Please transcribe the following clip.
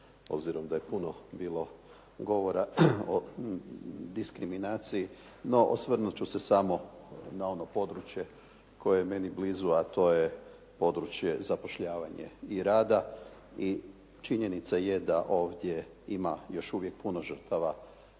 obzirom da je puno bilo govora o diskriminaciji. No osvrnut ću se samo na ono područje koje je meni blizu, a to je područje zapošljavanje i rada. I činjenica je da ovdje ima još puno žrtava